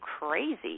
crazy